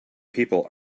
people